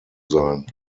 sein